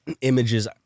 images